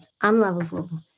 Unlovable